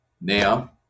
now